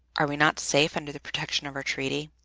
are we not safe under the protection of our treaty?